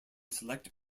select